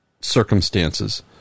circumstances